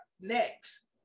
next